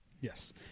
Yes